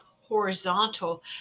horizontal